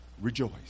Rejoice